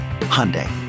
Hyundai